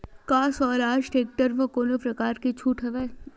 का स्वराज टेक्टर म कोनो प्रकार के छूट हवय?